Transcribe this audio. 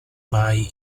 mai